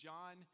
John